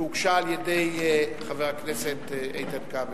שהוגשה על-ידי חבר הכנסת איתן כבל,